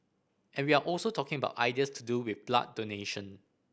and we are also talking about ideas to do with blood donation